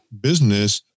business